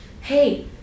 hey